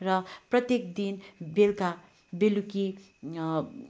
र प्रत्येक दिन बेलुका बेलुकी